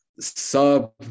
sub